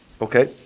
Okay